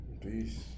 Peace